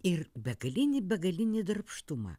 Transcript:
ir begalinį begalinį darbštumą